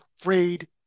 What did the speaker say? afraid